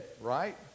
right